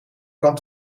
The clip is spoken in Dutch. kan